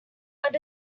but